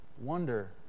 wonder